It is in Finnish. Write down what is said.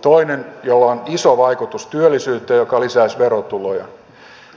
toinen jolla on iso vaikutus työllisyyteen ja joka lisäisi verotuloja